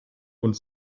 und